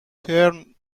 him